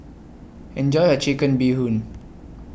Enjoy your Chicken Bee Hoon